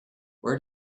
where